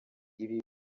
ibi